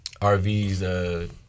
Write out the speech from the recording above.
RV's